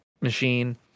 machine